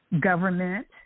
government